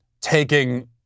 taking